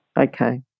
Okay